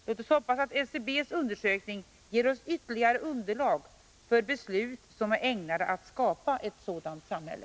Låt oss hoppas att SCB:s undersökning ger oss ytterligare underlag för beslut som är ägnade att skapa ett sådant samhälle.